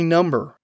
Number